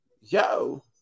yo